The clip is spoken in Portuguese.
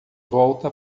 volta